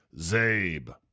Zabe